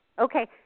Okay